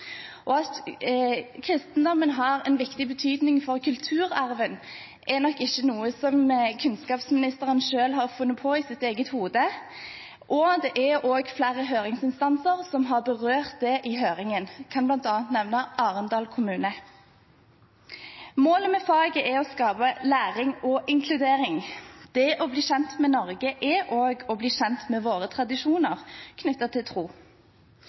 til. At kristendommen har en viktig betydning for kulturarven, er nok ikke noe som kunnskapsministeren har funnet på i sitt eget hode. Det er også flere høringsinstanser som har berørt dette i høringen. Jeg kan bl.a. nevne Arendal kommune. Målet med faget er å skape læring og inkludering. Det å bli kjent med Norge er også å bli kjent med våre tradisjoner knyttet til tro